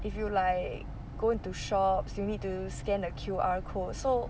if you like go into shops you need to scan the Q_R code so